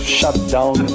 shutdown